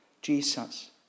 Jesus